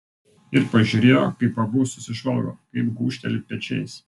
ir pažiūrėjo kaip abu susižvalgo kaip gūžteli pečiais